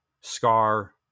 scar